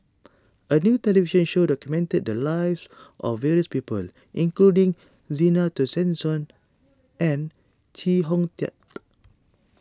a new television show documented the lives of various people including Zena Tessensohn and Chee Hong Tat